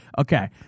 Okay